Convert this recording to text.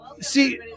See